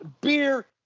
Beer